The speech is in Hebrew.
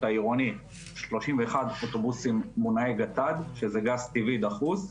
העירוני 31 אוטובוסים מונעי גט"ד שזה גז טבעי דחוס,